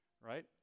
right